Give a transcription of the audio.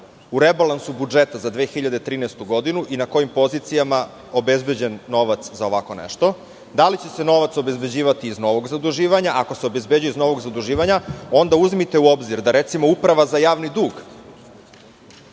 u rebalansu budžeta za 2013. godinu i na kojim pozicijama obezbeđen novac za ovako nešto? Da li će se novac obezbeđivati iz novog zaduživanja? Ako se obezbeđuje iz novog zaduživanja, onda uzmite u obzir da, recimo, Uprava za javni dug,